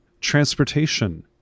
Transportation